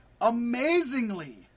Amazingly